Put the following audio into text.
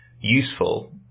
useful